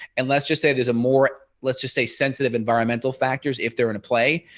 and let's just say there's a more. let's just say sensitive environmental factors if they're in a play.